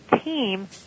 team